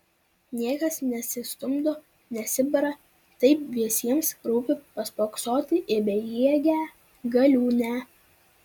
niekas nesistumdo nesibara taip visiems rūpi paspoksoti į bejėgę galiūnę